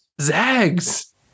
Zags